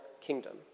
kingdom